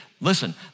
Listen